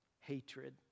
hatred